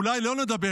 אולי לא נדבר.